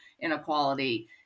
inequality